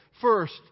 first